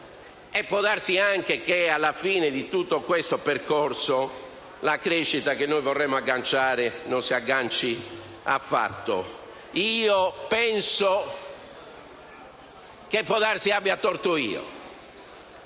E può anche darsi che alla fine di tutto questo percorso la crescita che noi vorremmo agganciare non si agganci affatto. Può darsi che abbia torto io